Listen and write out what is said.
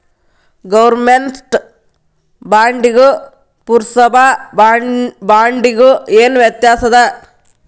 government ಬಾಂಡಿಗೂ ಪುರ್ಸಭಾ ಬಾಂಡಿಗು ಏನ್ ವ್ಯತ್ಯಾಸದ